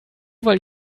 weil